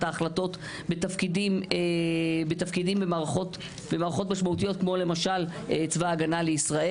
ההחלטות בתפקידים במערכות משמעותיות כמו למשל צבא הגנה לישראל.